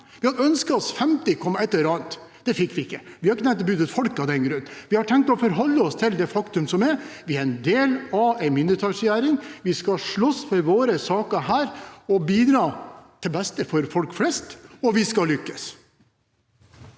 Vi hadde ønsket oss femti komma et eller annet, det fikk vi ikke. Vi har ikke tenkt å bytte ut folket av den grunn. Vi har tenkt å forholde oss til det faktum at vi er en del av en mindretallsregjering. Vi skal slåss for våre saker og bidra til beste for folk flest, og vi skal lykkes.